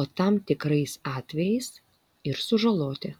o tam tikrais atvejais ir sužaloti